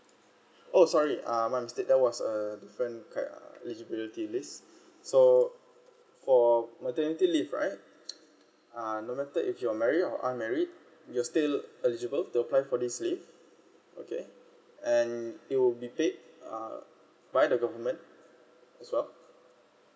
oh sorry um my mistake that was uh different kind uh eligibility list so for maternity leave right uh no matter if you're married or unmarried you're still eligible to apply for this leave okay and you will be paid uh by the government as well